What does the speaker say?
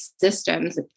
systems